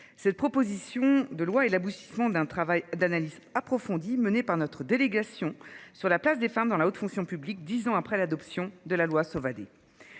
cette proposition de loi est l'aboutissement d'un travail d'analyse approfondie menée par notre délégation sur la place des femmes dans la haute fonction publique. 10 ans après l'adoption de la loi Sauvadet.